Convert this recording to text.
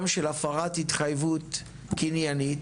גם של הפרת התחייבות קניינית,